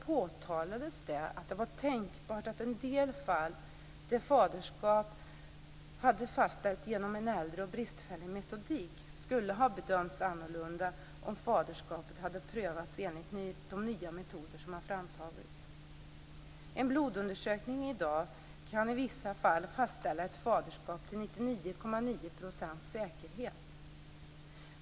påtalades det att det var tänkbart att en del fall där faderskap hade fastställts genom en äldre och bristfällig metodik skulle ha bedömts annorlunda om faderskapet hade prövats enligt de nya metoder som har framtagits. En blodundersökning i dag kan i vissa fall fastställa ett faderskap till 99,9 % säkerhet.